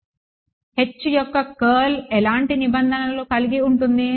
H యొక్క curl ఎలాంటి నిబంధనలను కలిగి ఉంది